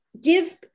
give